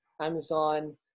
amazon